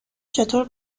چطور